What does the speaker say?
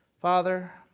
Father